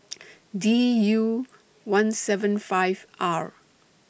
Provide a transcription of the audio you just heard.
D U one seven five R